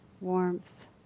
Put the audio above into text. warmth